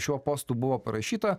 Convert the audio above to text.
šiuo postu buvo parašyta